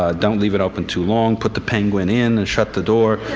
ah don't leave it open too long, put the penguin in and shut the door.